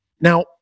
Now